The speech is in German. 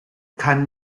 kann